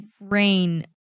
Rain